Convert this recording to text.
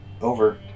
over